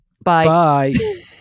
Bye